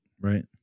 right